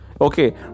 Okay